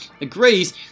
agrees